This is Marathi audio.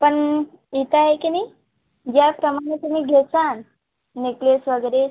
पण इथं आहे की नाही ज्याप्रमाणे तुम्ही घेसान नेकलेस वगैरे